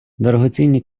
дорогоцінні